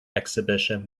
exhibition